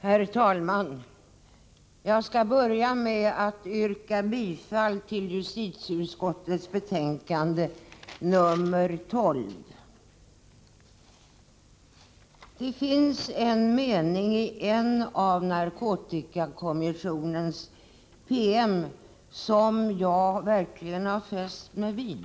Herr talman! Jag skall börja med att yrka bifall till justitieutskottets hemställan i betänkandet nr 12. Det finns en mening i en av narkotikakommissionens PM som jag verkligen har fäst mig vid.